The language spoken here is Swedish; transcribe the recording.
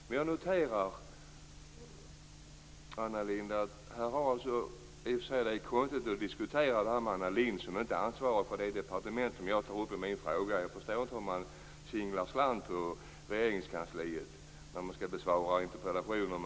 Det är litet konstigt att diskutera det här med Anna Lindh, som inte ansvarar för det departement som jag tog upp i min interpellation. Är det så att man singlar slant på Regeringskansliet när man skall besvara interpellationer?